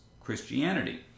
Christianity